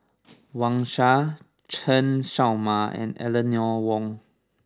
Wang Sha Chen Show Mao and Eleanor Wong